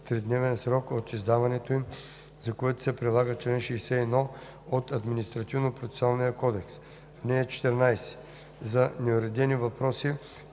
тридневен срок от издаването им, за което се прилага чл. 61 от Административнопроцесуалния кодекс. (14) За неуредени въпроси